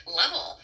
level